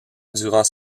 durant